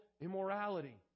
immorality